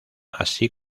así